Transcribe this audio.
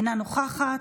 אינה נוכחת,